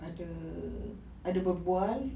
ada ada berbual